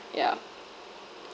yeah